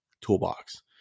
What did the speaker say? toolbox